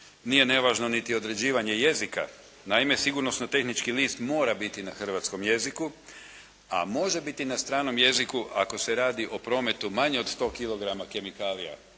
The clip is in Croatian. Nije nevažno niti određivanje jezika. Naime sigurnosno-tehnički list mora biti na hrvatskom jeziku, a može biti na stranom jeziku ako se radi o prometu manje od 100 kilograma kemikalija